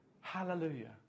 Hallelujah